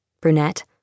brunette